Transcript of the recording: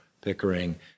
Pickering